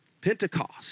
pentecost